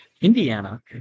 Indiana